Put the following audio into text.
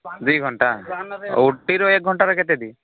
ଦୁଇ ଘଣ୍ଟା ଓଟିରୁ ଏକ୍ ଘଣ୍ଟାରେ କେତେ ଦିଏ